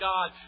God